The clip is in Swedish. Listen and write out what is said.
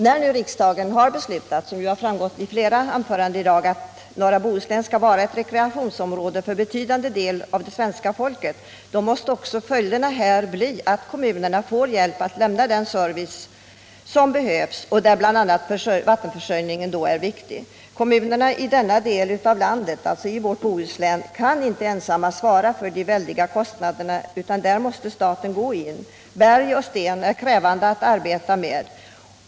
När nu riksdagen har beslutat att norra Bohuslän skall vara ett rekreationsområde för en betydande del av det svenska folket, måste kommunerna få hjälp att lämna den service som behövs, och där är bl.a. vattenförsörjningen mycket viktig. Kommunerna i denna del av landet kan inte ensamma svara för dessa väldiga kostnader. Staten måste gå in och hjälpa. Berg och sten är krävande att arbeta med.